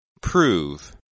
Prove